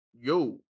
yo